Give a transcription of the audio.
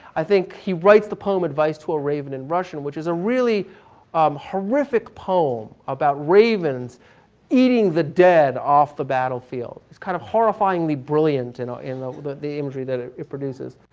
i think he writes the poem advice to a raven in russian, which is a really um horrific poem about ravens eating the dead off the battlefield. it's kind of horrifyingly brilliant in ah in the the imagery that it it produces.